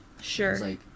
Sure